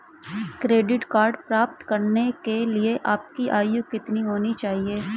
Credit card प्राप्त करने के लिए आपकी आयु कितनी होनी चाहिए?